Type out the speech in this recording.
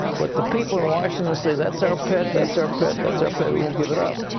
but the people in washington say, that's our pet. that's our pet. that's our pet. we won't give it up.